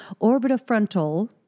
orbitofrontal